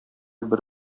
бер